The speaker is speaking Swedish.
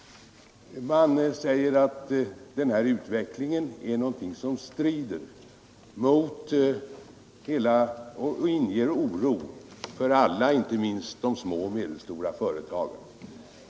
De säger att den här utvecklingen inger alla oro, inte minst de små och medelstora företagen.